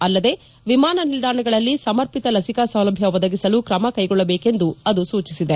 ಅಲ್ಲದೆ ವಿಮಾನ ನಿಲ್ದಾಣಗಳಲ್ಲಿ ಸಮರ್ಪಿತ ಲಸಿಕಾ ಸೌಲಭ್ಯ ಒದಗಿಸಲು ಕ್ರಮ ಕೈಗೊಳ್ಳಬೇಕು ಎಂದು ಅದು ಸೂಚಿಸಿದೆ